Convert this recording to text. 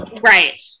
right